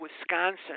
Wisconsin